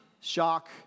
Shock